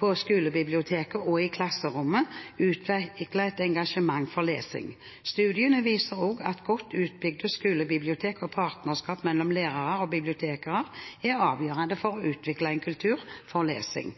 på skolebiblioteket og i klasserommet, utvikler et engasjement for lesing. Studiene viser også at godt utbygde skolebibliotek og partnerskap mellom lærere og bibliotekarer er avgjørende for å utvikle en kultur for lesing.